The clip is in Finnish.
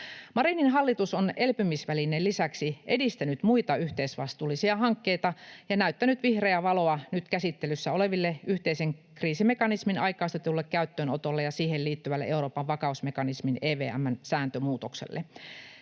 Marinin hallitus on elpymisvälineen lisäksi edistänyt muita yhteisvastuullisia hankkeita ja näyttänyt vihreää valoa nyt käsittelyssä oleville yhteisen kriisimekanismin aikaistetulle käyttöönotolle ja siihen liittyvälle Euroopan vakausmekanismin EVM:n sääntömuutokselle.